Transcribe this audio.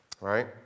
right